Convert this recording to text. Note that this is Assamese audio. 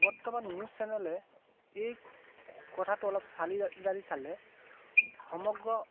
বৰ্তমান নিউজ চেনেলে এই কথাটো অলপ চালি জাৰি চালে সমগ্ৰ